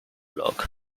look